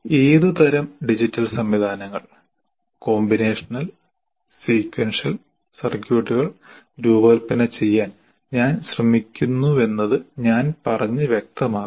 ഏതുതരം ഡിജിറ്റൽ സംവിധാനങ്ങൾ combinational sequential സർക്യൂട്ടുകൾ രൂപകൽപ്പന ചെയ്യാൻ ഞാൻ ശ്രമിക്കുന്നുവെന്നത് ഞാൻ പറഞ്ഞ് വ്യക്തമാക്കും